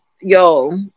yo